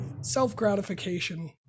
self-gratification